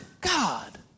God